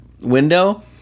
window